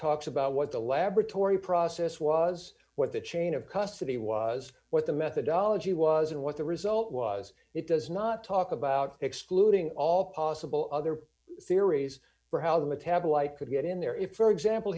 talks about what the laboratory process was what the chain of custody was what the methodology was and what the result was it does not talk about excluding all possible other theories for how the metabolite could get in there if for example